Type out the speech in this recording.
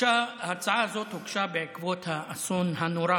ההצעה הזאת הוגשה בעקבות האסון הנורא